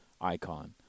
icon